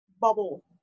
bubble